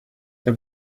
the